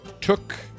took